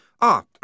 Ah